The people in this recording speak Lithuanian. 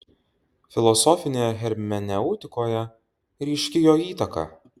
filosofinėje hermeneutikoje ryški jo įtaka